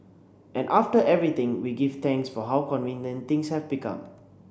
and after everything we give thanks for how convenient things have become